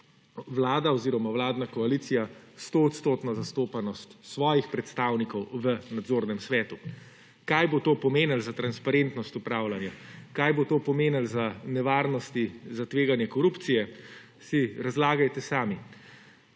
vlada oziroma vladna koalicija 100 % zastopanost svojih predstavnikov v nadzornem svetu. Kaj bo to pomenilo za transparentnost upravljanja, kaj bo to pomenilo za nevarnosti, za tveganje korupcije si razlagajte sami.